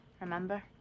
Remember